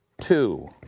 two